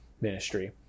ministry